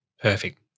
Perfect